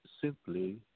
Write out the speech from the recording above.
simply